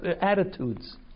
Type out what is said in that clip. attitudes